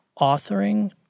authoring